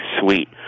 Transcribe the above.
sweet